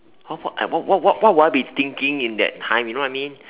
how far I what what what what would I be thinking in that time you know what I mean